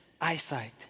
eyesight